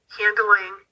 handling